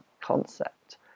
concept